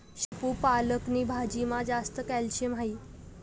शेपू पालक नी भाजीमा जास्त कॅल्शियम हास